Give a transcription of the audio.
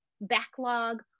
backlog